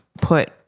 put